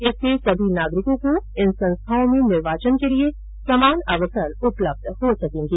इससे सभी नागरिकों को इन संस्थाओं में निर्वाचन के लिए समान अवसर उपलब्ध हो सकेंगे